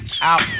out